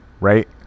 right